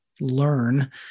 learn